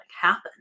happen